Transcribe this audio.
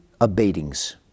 abatings